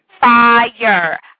Fire